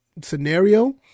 scenario